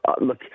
look